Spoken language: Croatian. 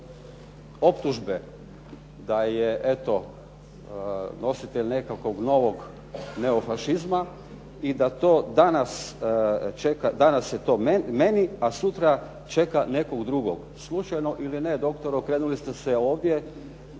da je eto nositelj nekakvog novog neofašizma i da danas čeka, danas se to meni, a sutra čeka nekog drugog. Slučajno ili ne, doktor okrenuli ste se ovdje.